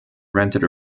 rented